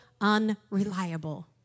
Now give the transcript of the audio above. unreliable